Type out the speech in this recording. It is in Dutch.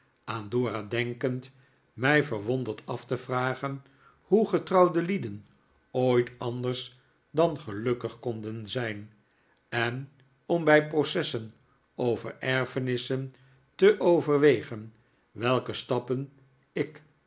aan dora denkend mij verwonderd af te vragen hoe getrouwde lieden ooit anders dan gelukkig konden zijn en om bij processen over erfenissen te overwegen welke stappen ik